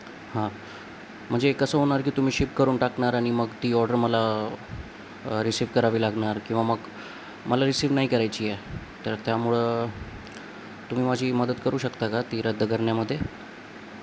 हां म्हणजे कसं होणार की तुम्ही शिप करून टाकणार आणि मग ती ऑर्डर मला रिसीव्ह करावी लागणार किंवा मग मला रिसीव्ह नाही करायची आहे तर त्यामुळं तुम्ही माझी मदत करू शकता का ती रद्द करण्यामध्ये